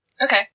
Okay